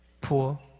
poor